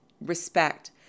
respect